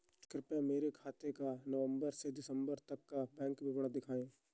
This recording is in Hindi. कृपया मेरे खाते का नवम्बर से दिसम्बर तक का बैंक विवरण दिखाएं?